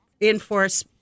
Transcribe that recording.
enforce